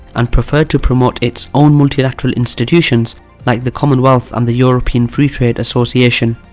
and preferred to promote its own multilateral institutions like the commonwealth and the european free trade association.